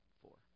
four